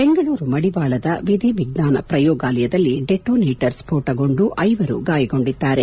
ಬೆಂಗಳೂರು ಮಡಿವಾಳದ ವಿಧಿವಿಜ್ಞಾನ ಪ್ರಯೋಗಾಲಯದಲ್ಲಿ ಡೆಟೋನೇಟರ್ ಸ್ಪೋಟಗೊಂಡು ಐವರು ಗಾಯಗೊಂಡಿದ್ದಾರೆ